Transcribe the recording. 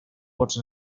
pots